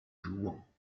jouant